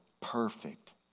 perfect